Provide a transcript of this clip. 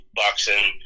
boxing